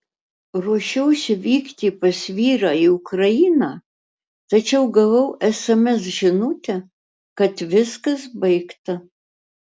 ruošiausi vykti pas vyrą į ukrainą tačiau gavau sms žinutę kad viskas baigta